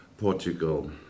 Portugal